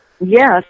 Yes